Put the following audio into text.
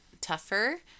tougher